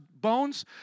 bones